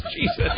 Jesus